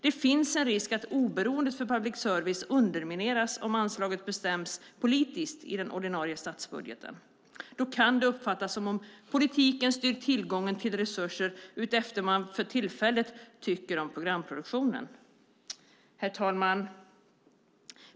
Det finns en risk att oberoendet för public service undermineras om anslaget bestäms politiskt i den ordinarie statsbudgeten. Då kan det uppfattas som att politiken styr tillgången till resurser efter vad man för tillfället tycker om programproduktionen. Herr talman!